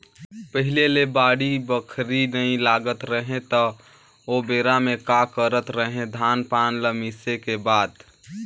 पहिले ले बाड़ी बखरी नइ लगात रहें त ओबेरा में का करत रहें, धान पान ल मिसे के बाद